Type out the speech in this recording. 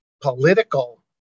Political